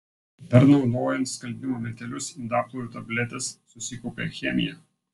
dar naudojant skalbimo miltelius indaplovių tabletes susikaupia chemija